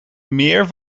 meer